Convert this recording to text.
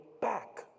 back